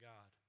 God